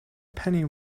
penny